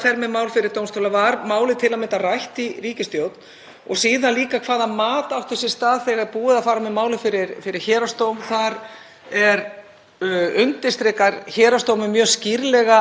Þar undirstrikar héraðsdómur mjög skýrlega að ráðherra hafi gerst brotlegur við jafnréttislög en það tekur síðan einungis fjóra tíma að ákveða að fara með málið fyrir Landsrétt.